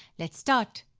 let's start!